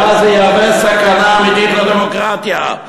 ואז זה יהווה סכנה אמיתית לדמוקרטיה,